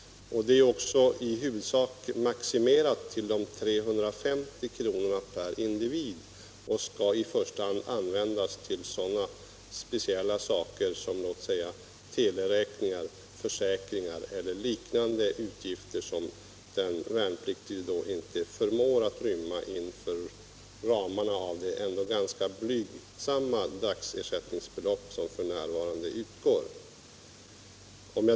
Anslaget är också som regel maximerat till 350 kr. per individ och skall i första hand användas till sådana speciella saker som teleräkningar, försäkringar eller liknande utgifter som den värnpliktige inte förmår rymma inom ramen för det ganska blygsamma dagsersättningsbelopp som f.n. utgår.